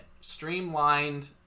Streamlined